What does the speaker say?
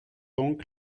donc